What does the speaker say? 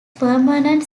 permanent